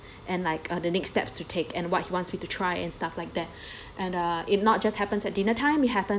and like uh the next steps to take and what he wants me to try and stuff like that and uh it not just happens at dinner time it happens